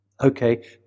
okay